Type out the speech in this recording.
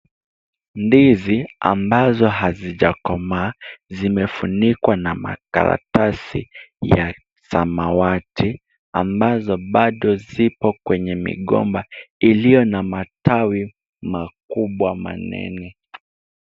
Ndizi ambazo hazijakomaa zimefunikwa na makaratasi ya samawati ambazo bado zipo kwenye migomba iliyo na matawi makubwa manene.